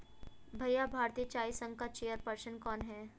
भैया भारतीय चाय संघ का चेयर पर्सन कौन है?